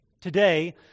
Today